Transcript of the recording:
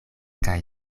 kaj